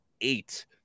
eight